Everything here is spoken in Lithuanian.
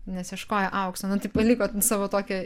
nes ieškojo aukso nu tai paliko savo tokią